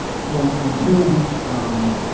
again until we um